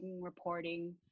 reporting